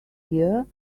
year